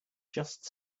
just